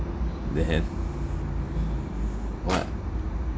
then what